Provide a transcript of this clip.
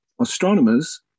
astronomers